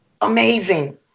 amazing